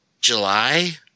July